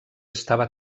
estava